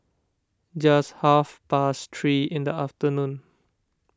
just half past three in the afternoon